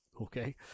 Okay